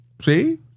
See